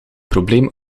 probleem